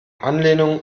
anlehnung